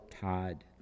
Todd